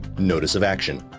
notice of action,